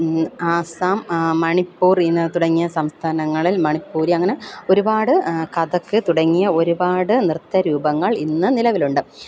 ആസാം മണിപ്പൂർ എന്ന് തുടങ്ങിയ സംസ്ഥാനങ്ങളിൽ മണിപ്പൂരി അങ്ങനെ ഒരുപാട് കഥക്ക് തുടങ്ങിയ ഒരുപാട് നൃത്തരൂപങ്ങൾ ഇന്ന് നിലവിലുണ്ട്